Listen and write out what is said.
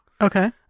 Okay